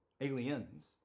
Aliens